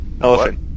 Elephant